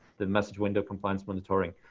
the messaging window compliance monitoring.